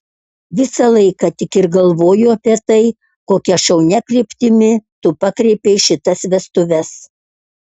visą laiką tik ir galvoju apie tai kokia šaunia kryptimi tu pakreipei šitas vestuves